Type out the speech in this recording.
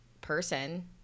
person